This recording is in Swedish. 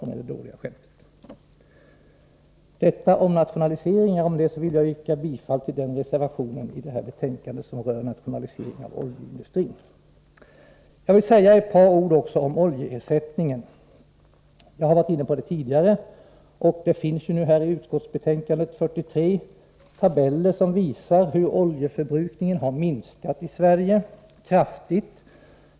Med dessa uttalanden om nationalisering vill jag yrka bifall till den reservation till betänkandet som rör nationalisering av oljeindustrin. Jag vill också säga ett par ord om oljeersättningen. Jag har varit inne på det tidigare. Det finns i näringsutskottets betänkande 43 tabeller som visar att oljeförbrukningen har minskat kraftigt i Sverige.